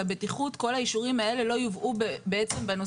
של הבטיחות כל האישורים האלה לא יובאו בנושא